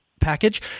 package